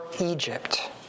Egypt